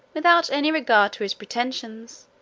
without any regard to his pretensions,